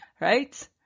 Right